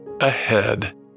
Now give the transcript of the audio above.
ahead